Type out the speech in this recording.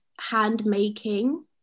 hand-making